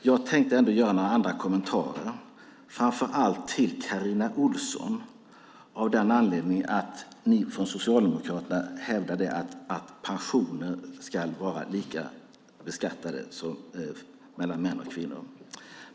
Jag tänkte göra några andra kommentarer, framför allt till Carina Ohlsson av den anledningen att ni från Socialdemokraterna hävdar att pensioner ska vara lika beskattade mellan män och kvinnor.